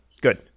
Good